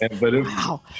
Wow